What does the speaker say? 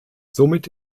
somit